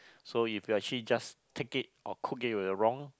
so if you actually just take it or cook it with the wrong